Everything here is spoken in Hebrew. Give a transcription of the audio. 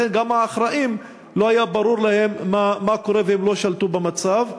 גם לאחראים לא היה ברור מה קורה והם לא שלטו במצב.